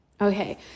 Okay